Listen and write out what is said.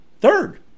third